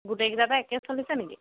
গোটেইকেইটাতে একে চলিছে নেকি